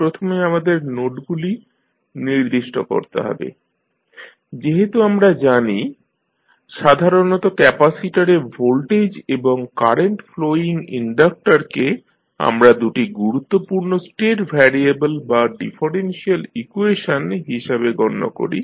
প্রথমে আমাদের নোডগুলি নির্দিষ্ট করতে হবে যেহেতু আমরা জানি সাধারনত ক্যাপাসিটরে ভোল্টেজ এবং কারেন্ট ফ্লোইং ইনডাকটরকে আমরা দু'টি গুরুত্বপূর্ণ স্টেট ভ্যারিয়েবেল বা ডিফারেনশিয়াল ইকুয়েশন হিসাবে গণ্য করি